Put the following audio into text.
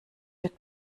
wird